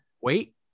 wait